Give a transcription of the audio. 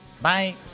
Bye